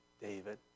David